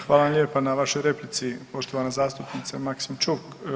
Hvala vam lijepa na vašoj replici poštovana zastupnice Maksimčuk.